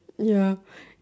ya